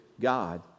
God